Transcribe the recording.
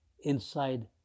inside